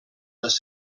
les